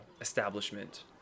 establishment